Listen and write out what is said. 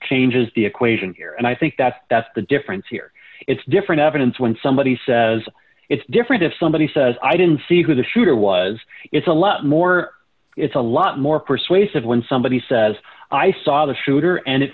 changes the equation here and i think that's that's the difference here it's different evidence when somebody says it's different if somebody says i didn't see who the shooter was it's a lot more it's a lot more persuasive when somebody says i saw the shooter and it